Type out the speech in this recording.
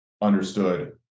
understood